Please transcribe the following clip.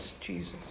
Jesus